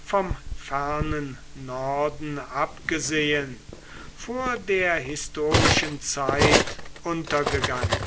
vom fernen norden abgesehen vor der historischen zeit untergegangen